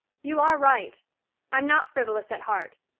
you are right i'm not frivolous at heart.